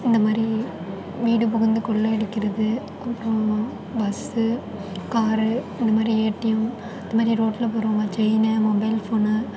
இந்த மாதிரி வீடு புகுந்து கொள்ளை அடிக்கிறது அப்புறம் பஸ்சு காரு இந்த மாதிரி ஏடிஎம் இது மாதிரி ரோட்டில் போகிறவங்க செயினு மொபைல் ஃபோனு